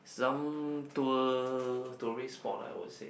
some tour tourist board I would say